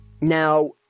Now